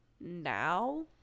now